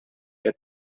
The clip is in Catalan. que